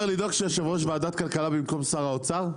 שיושב ראש ועדת כלכלה במקום שר האוצר?